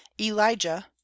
Elijah